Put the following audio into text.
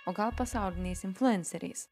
o gal pasauliniais influenceriais